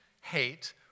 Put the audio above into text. hate